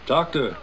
Doctor